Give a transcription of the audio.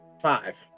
Five